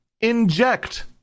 inject